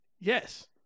Yes